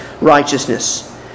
righteousness